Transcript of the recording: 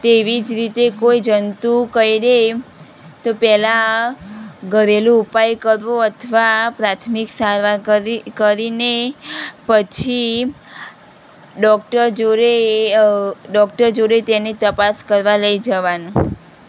તેવી જ રીતે કોઈ જંતુ કરડે તો પહેલાં ઘરેલુ ઉપાય કરવો અથવા પ્રાથમિક સારવાર કરીને પછી ડૉક્ટર જોડે ડૉક્ટર જોડે તેની તપાસ કરવા લઈ જવાનું